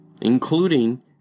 including